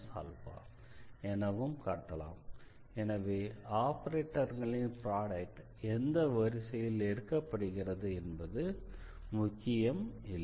ஆகவே ஆபரேட்டர்களின் ப்ரோடெக்ட் எந்த வரிசையில் எடுக்கப்படுகிறது என்பது முக்கியமில்லை